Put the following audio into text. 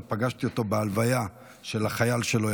ופגשתי אותו בהלוויה של החייל שלו,